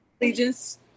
allegiance